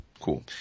cool